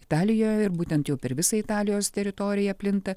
italijoje ir būtent jau per visą italijos teritoriją plinta